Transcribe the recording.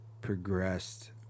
progressed